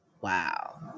wow